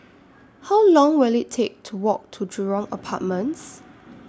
How Long Will IT Take to Walk to Jurong Apartments